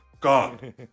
gone